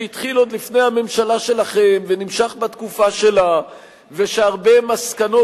תהליך שהתחיל עוד לפני הממשלה שלכם ונמשך בתקופה שלה ושהרבה מסקנות